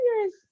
years